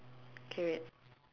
K wait